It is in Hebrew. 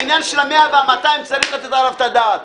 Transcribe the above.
העניין של ה-100 וה-200 צריך לתת עליו את הדעת.